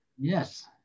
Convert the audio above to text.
Yes